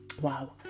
Wow